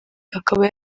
akaba